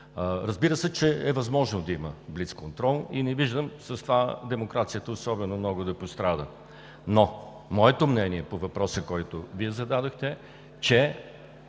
Разбира се, че е възможно да има блицконтрол и не виждам с това демокрацията особено много да пострада. Моето мнение обаче по въпроса, който Вие зададохте, е,